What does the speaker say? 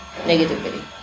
negativity